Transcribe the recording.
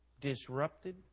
disrupted